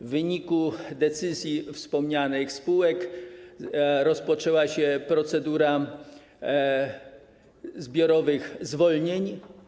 W wyniku decyzji wspomnianych spółek rozpoczęła się procedura zbiorowych zwolnień.